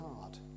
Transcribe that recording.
hard